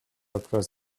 across